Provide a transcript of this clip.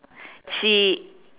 she